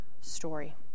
story